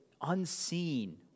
unseen